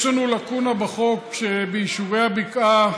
יש לנו לקונה בחוק שביישובי הבקעה,